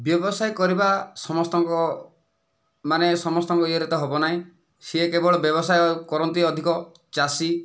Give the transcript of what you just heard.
ବ୍ୟବସାୟ କରିବା ସମସ୍ତଙ୍କ ମାନେ ସମସ୍ତଙ୍କ ଇଏରେ ତ ହେବନାହିଁ ସିଏ କେବଳ ବ୍ୟବସାୟ କରନ୍ତି ଅଧିକ ଚାଷୀ